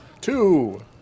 two